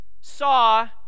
saw